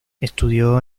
estudió